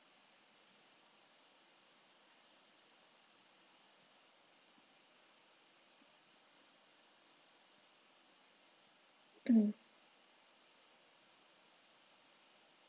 mm